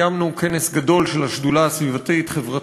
קיימנו כנס גדול של השדולה הסביבתית-חברתית